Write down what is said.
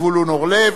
זבולון אורלב.